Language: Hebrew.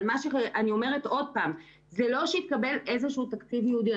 אבל אני אומרת שוב שזה לא שהתקבל איזשהו תקציב ייעודי.